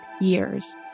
years